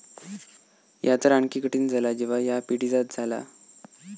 ह्या तर आणखी कठीण झाला जेव्हा ह्या पिढीजात झाला